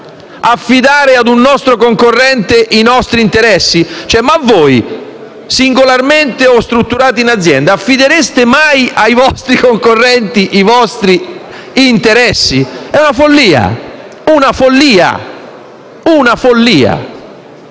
affidare a un nostro concorrente i nostri interessi? Ma voi, singolarmente o strutturati in azienda, affidereste mai ai vostri concorrenti i vostri interessi? È una follia. Una follia! Un'altra